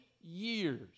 years